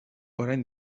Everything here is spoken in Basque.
orain